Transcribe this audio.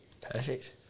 Perfect